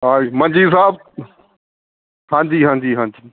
ਹਾਂਜੀ ਮੰਜੀ ਸਾਹਿਬ ਹਾਂਜੀ ਹਾਂਜੀ ਹਾਂਜੀ